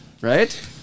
Right